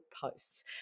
posts